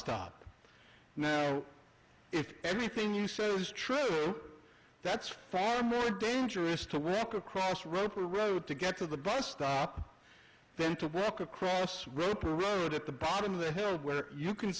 stop now if everything you say is true that's far more dangerous to work across roper road to get to the bus stop then to walk across roper road at the bottom of the hill where you can